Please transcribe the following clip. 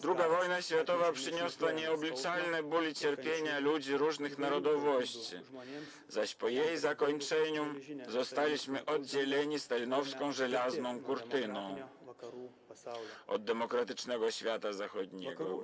II wojna światowa przyniosła nieobliczalny ból i cierpienie ludzi różnych narodowości, zaś po jej zakończeniu zostaliśmy oddzieleni stalinowską żelazną kurtyną od demokratycznego świata zachodniego.